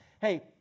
Hey